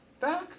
back